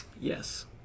Yes